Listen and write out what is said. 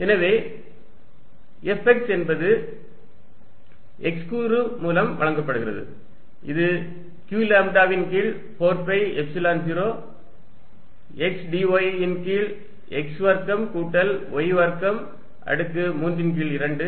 Fqλdy4π01x2y2xx yyx2y212 எனவே Fx என்பது x கூறு மூலம் வழங்கப்படுகிறது இது q லாம்ப்டாவின் கீழ் 4 பை எப்சிலன் 0 x dy ன் கீழ் x வர்க்கம் கூட்டல் y வர்க்கம் அடுக்கு 3 ன் கீழ் 2